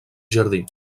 jardí